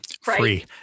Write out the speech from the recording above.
free